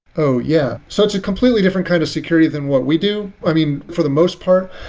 so yeah. so it's a completely different kind of security than what we do, i mean, for the most part,